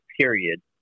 period